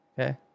Okay